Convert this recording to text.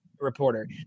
reporter